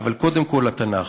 אבל קודם כול לתנ"ך.